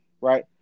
right